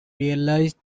realized